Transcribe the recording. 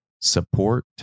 Support